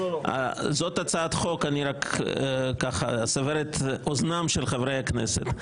אני רק אסבר את אוזנם של חברי הכנסת,